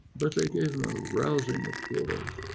but they gave him a rousing applause.